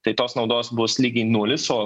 tai tos naudos bus lygiai nulis o